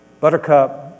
Buttercup